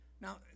Now